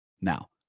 Now